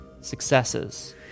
successes